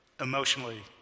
emotionally